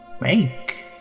Make